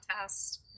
test